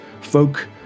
folk